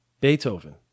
beethoven